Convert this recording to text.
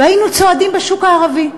והיינו צועדים בשוק הערבי.